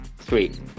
Sweet